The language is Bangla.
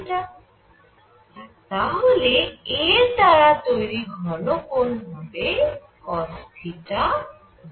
আর তাহলে a এর দ্বারা তৈরি ঘন কোণ হবে cosθr2